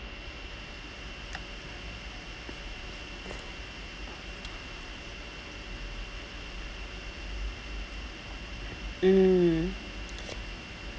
mm